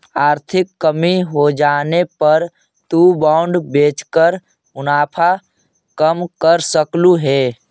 आर्थिक कमी होजाने पर तु बॉन्ड बेचकर मुनाफा कम कर सकलु हे